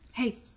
Hey